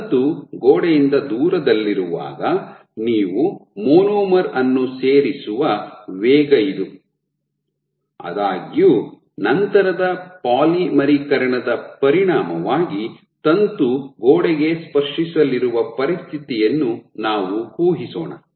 ತಂತು ಗೋಡೆಯಿಂದ ದೂರದಲ್ಲಿರುವಾಗ ನೀವು ಮೊನೊಮರ್ ಅನ್ನು ಸೇರಿಸುವ ವೇಗ ಇದು ಆದಾಗ್ಯೂ ನಂತರದ ಪಾಲಿಮರೀಕರಣದ ಪರಿಣಾಮವಾಗಿ ತಂತು ಗೋಡೆಗೆ ಸ್ಪರ್ಶಿಸಲಿರುವ ಪರಿಸ್ಥಿತಿಯನ್ನು ನಾವು ಊಹಿಸೋಣ